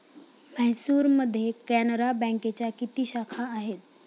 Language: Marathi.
म्हैसूरमध्ये कॅनरा बँकेच्या किती शाखा आहेत?